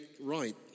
right